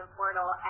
portal